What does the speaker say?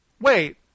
wait